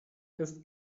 ist